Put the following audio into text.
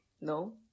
No